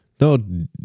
No